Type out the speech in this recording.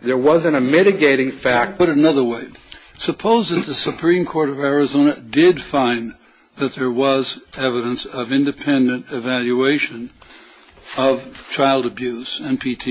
there wasn't a mitigating factor but another would suppose if the supreme court of arizona did find that there was evidence of independent evaluation of child abuse and p t